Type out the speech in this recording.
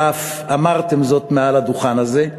ואף אמרתם זאת מעל הדוכן הזה.